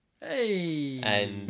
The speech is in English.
Hey